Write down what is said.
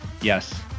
Yes